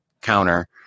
counter